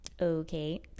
Okay